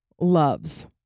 loves